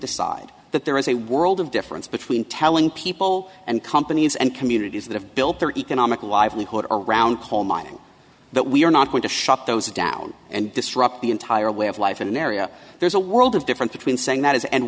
decide that there is a world of difference between telling people and companies and communities that have built their economic livelihood around coal mining that we are not going to shut those down and disrupt the entire way of life in an area there's a world of difference between saying